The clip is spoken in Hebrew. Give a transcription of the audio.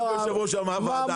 את יו"ר המאבק.